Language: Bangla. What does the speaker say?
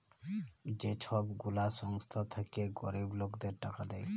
যে ছব গুলা সংস্থা থ্যাইকে গরিব লকদের টাকা দেয়